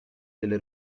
delle